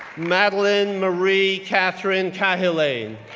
madeline marie catherine cahillane,